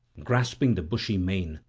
grasping the bushy mane,